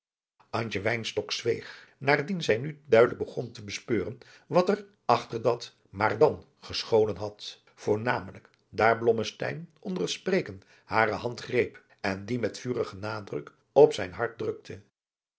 zweeg naardien zij nu duidelijk begon te bespeuren wat er achter dat maar dan gescholen had voornamelijk daar blommesteyn onder het spreken hare hand greep en die met vurigen nadruk op zijn hart drukte